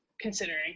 considering